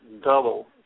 double